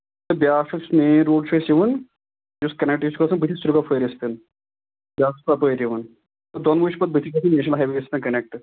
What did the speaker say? تہٕ بیٛاکھ چھُس مین روڈ چھُ اَسہِ یِوان یُس کَنٮ۪کٹ چھُ گژھان بٔتھِ سُرگوپھٲرِس سۭتۍ بیٛاکھ چھُ تَپٲرۍ یِوان تہٕ دۄنوَے چھِ پَتہٕ بٔتھِ گژھان نیشنَل ہاے وییَس سۭتۍ کَنٮ۪کٹ